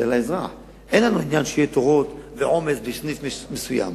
אין לנו עניין שיהיו תורים ועומס בסניף מסוים,